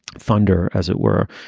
thunder, as it were,